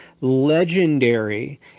legendary